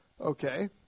Okay